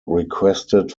requested